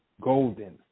Golden